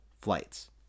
flights